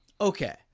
Okay